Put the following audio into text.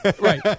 right